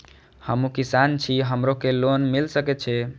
हमू किसान छी हमरो के लोन मिल सके छे?